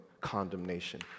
condemnation